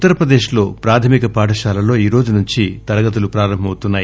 ఉత్తర ప్రదేశ్ లో ప్రాథమిక పాఠశాలల్లో ఈరోజు నుంచి తరగతులు ప్రారంభమవుతున్నాయి